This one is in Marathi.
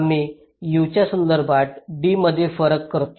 आम्ही U च्या संदर्भात D मध्ये फरक करतो